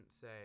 say